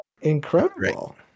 incredible